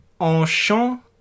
Enchant